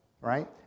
right